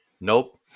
nope